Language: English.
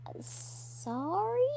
Sorry